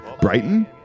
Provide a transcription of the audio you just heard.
Brighton